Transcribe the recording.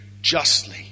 justly